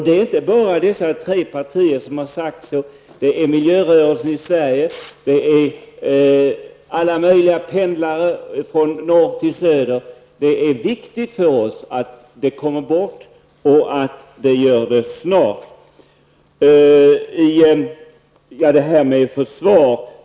Det är inte bara dessa tre partier som har sagt så utan även miljörörelser i Sverige samt alla möjliga pendlare från norr till söder. Det är viktigt för oss att den momsen kommer bort och att det sker snart. Herr talman!